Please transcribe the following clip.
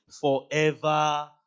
forever